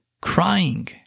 crying